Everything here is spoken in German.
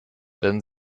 wenn